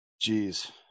Jeez